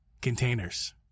Containers